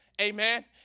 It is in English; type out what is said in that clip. Amen